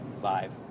five